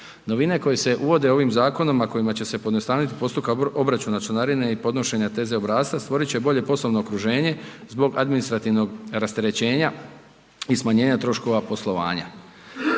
Novine koje se uvode ovim zakonom, a kojima će se pojednostaviti postupak obračuna članarine i podnošenja TZ obrasca, stvorit će bolje poslovno okruženje zbog administrativnog rasterećenja i smanjenja troškova poslovanja.